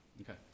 Okay